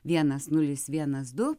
vienas nulis vienas du